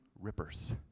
rippers